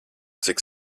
cik